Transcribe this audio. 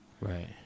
right